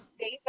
safe